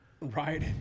Right